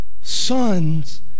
Sons